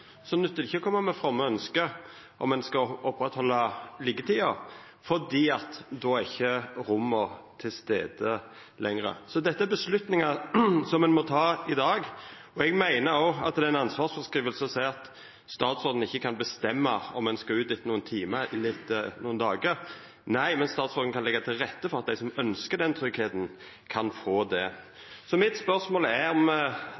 nyttar det ikkje å koma med fromme ønske om å oppretthalda liggjetida, for då er ikkje romma der lenger. Så dette er avgjerder som ein må ta i dag. Eg meiner òg det er ei ansvarsfråskriving når statsråden seier at han ikkje kan bestemma om ein skal ut etter nokre timar eller etter nokre dagar. Nei, men statsråden kan leggja til rette for at dei som ønskjer den tryggleiken, kan få det. Så mitt spørsmål er om